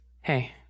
Hey